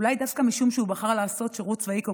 אולי דווקא משום שהוא בחר לעשות שירות צבאי כל